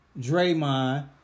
Draymond